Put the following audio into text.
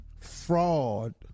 fraud